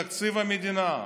תקציב המדינה.